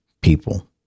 people